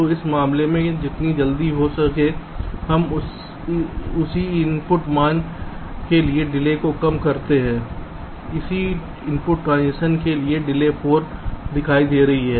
तो इस मामले के लिए जितनी जल्दी हो सके हम उसी इनपुट मान के लिए डिले को कम करते हैं उसी इनपुट ट्रांजिशन के लिए डिले 4 पर दिखाई दे रही है